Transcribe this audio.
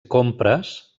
compres